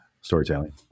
storytelling